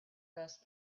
best